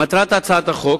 מטרת הצעת החוק